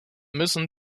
müssen